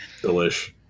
Delish